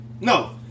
No